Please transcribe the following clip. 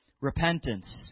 repentance